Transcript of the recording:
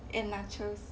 and nachos